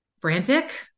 frantic